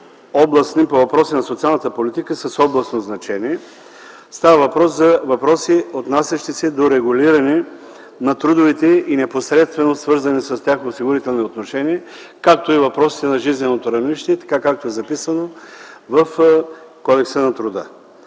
становища по въпроси на социалната политика с областно значение. Касае се за въпроси, отнасящи се до регулиране на трудовите и непосредствено свързаните с тях осигурителни отношения, както и въпросите на жизненото равнище – както е записано в Кодекса на труда.